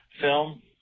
film